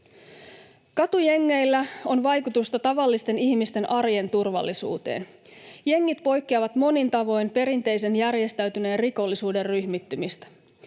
Katujengeillä on vaikutusta tavallisten ihmisten arjen turvallisuuteen. Jengit poikkeavat monin tavoin perinteisen järjestäytyneen rikollisuuden ryhmittymistä.